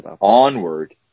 onward